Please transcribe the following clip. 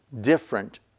different